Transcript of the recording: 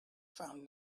found